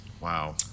Wow